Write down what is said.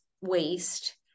waste